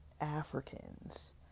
Africans